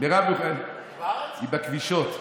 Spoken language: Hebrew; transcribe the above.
היא בכבישות.